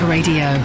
Radio